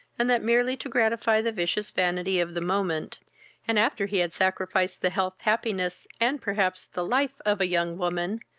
and that merely to gratify the vicious vanity of the moment and, after he had sacrificed the health, happiness, and perhaps the life, of a young woman,